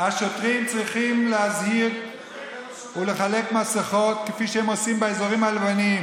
השוטרים צריכים להזהיר ולחלק מסכות כפי שהם עושים באזורים הלבנים,